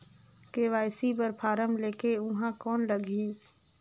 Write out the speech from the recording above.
KYC बर फारम ले के ऊहां कौन लगही?